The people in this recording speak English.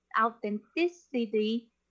authenticity